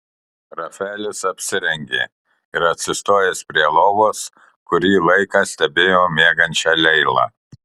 rafaelis apsirengė ir atsistojęs prie lovos kurį laiką stebėjo miegančią leilą